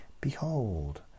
behold